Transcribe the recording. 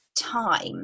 time